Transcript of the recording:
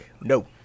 No